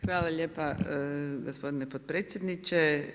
Hvala lijepo gospodine potpredsjedniče.